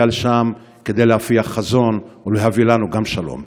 לשם כדי להפיח חזון ולהביא לנו גם שלום.